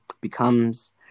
becomes